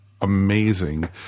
amazing